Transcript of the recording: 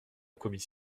commission